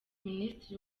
minisitiri